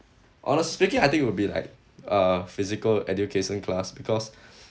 honestly speaking I think it will be like uh physical education class because